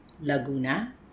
Laguna